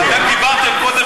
אתה לא רוצה שנעבוד?